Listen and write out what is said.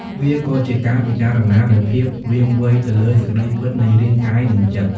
វាក៏ជាការពិចារណាដោយភាពវាងវៃទៅលើសេចក្តីពិតនៃរាងកាយនិងចិត្ត។